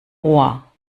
ohr